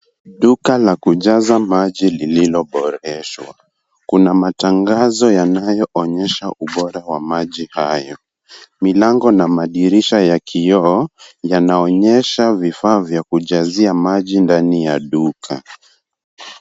Duka la kujaza maji lililoboreshwa. Kuna matangazo yanayoonyesha ubora wa maji hayo. Milango na madirisha ya kioo yanaonyesha vifaa vya kujazia maji ndani ya duka.